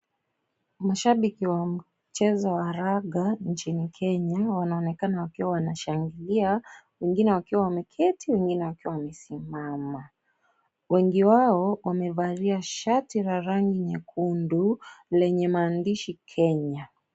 mashabiki wa mchezo wa raga nchini Kenya wanaonekana wakiwa wanashangilia wengine wakiwa wameketi na wengine wakiwa wamesimama. Wengi wao wamevalia shati la rangi nyekundu lenye maandishi Kenya.